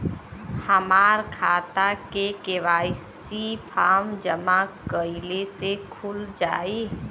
हमार खाता KYC form जमा कइले से खुल जाई?